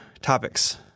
Topics